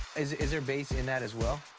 is. is there bass in that as well?